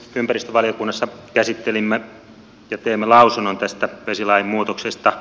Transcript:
ympäristövaliokunnassa käsittelimme ja teimme lausunnon tästä vesilain muutoksesta